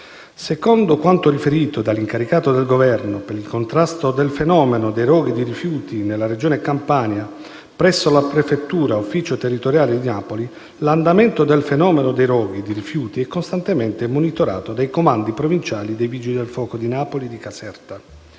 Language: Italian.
Secondo quanto riferito dall'incaricato del Governo per il contrasto del fenomeno dei roghi di rifiuti nella Regione Campania, presso la prefettura ufficio territoriale di Napoli, l'andamento del fenomeno dei roghi di rifiuti è costantemente monitorato dai comandi provinciali dei Vigili del fuoco di Napoli e di Caserta.